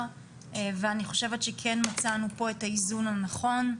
ואני אני חושבת שכן מצאנו פה את האיזון הנכון.